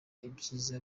ibyiza